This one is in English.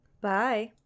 Bye